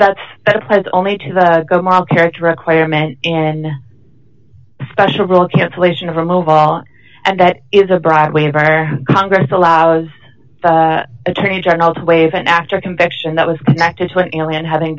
of that's applies only to the moral character requirement in special cancellation of remove all and that is a broadway of our congress allows the attorney general to waive and after conviction that was connected to an alien having